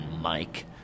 Mike